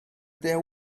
there